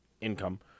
income –